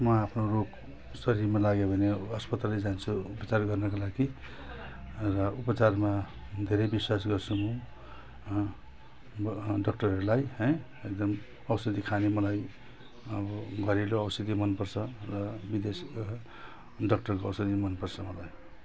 म आफ्नो रोग शरीरमा लाग्यो भने अस्पतालै जान्छु उपचार गर्नका लागि र उपचारमा धेरै विश्वास गर्छु म अब डाक्टरहरूलाई है एकदमै औषधी खाने मलाई अब घरेलु औषधी मन पर्छ र विदेशको डाक्टरको औषधी मन पर्छ मलाई